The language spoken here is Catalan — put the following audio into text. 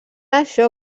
això